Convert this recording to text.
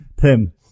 Tim